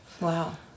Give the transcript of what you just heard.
Wow